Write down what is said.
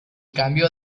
cambio